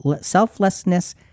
selflessness